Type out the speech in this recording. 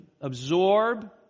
absorb